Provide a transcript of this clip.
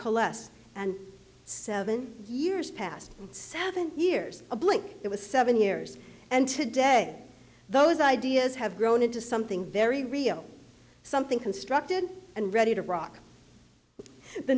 coalesce and seven years past seven years a blink it was seven years and today those ideas have grown into something very real something constructed and ready to rock the